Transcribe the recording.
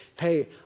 hey